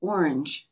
Orange